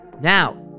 Now